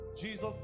Jesus